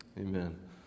Amen